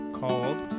called